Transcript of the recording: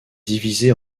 divisée